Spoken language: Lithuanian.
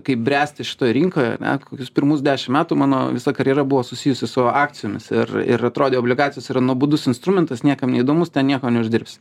kaip bręsti šitoj rinkoje ane kokius pirmus dešim metų mano visa karjera buvo susijusi su akcijomis ir ir atrodė obligacijos yra nuobodus instrumentas niekam neįdomus ten nieko neuždirbsi